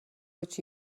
what